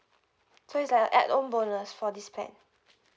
so it's like a add on bonus for this plan